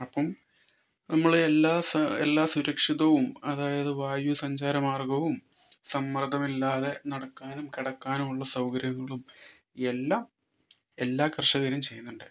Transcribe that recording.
അപ്പം നമ്മള് എല്ലാ സ എല്ലാ സുരക്ഷിതവും അതായത് വായൂസഞ്ചാര മാർഗവും സമ്മർദ്ദമില്ലാതെ നടക്കാനും കിടക്കാനുമുള്ള സൗകര്യങ്ങളും എല്ലാം എല്ലാ കർഷകനും ചെയ്യുന്നുണ്ട്